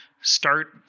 Start